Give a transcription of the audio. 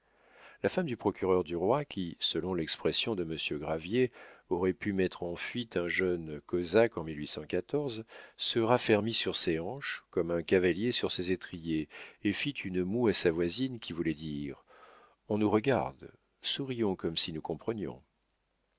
la femme du procureur du roi qui selon l'expression de monsieur gravier aurait pu mettre en fuite un jeune cosa qu'en se raffermit sur ses hanches comme un cavalier sur ses étriers et fit une moue à sa voisine qui voulait dire on nous regarde sourions comme si nous comprenions